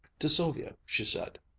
to sylvia she said,